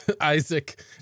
Isaac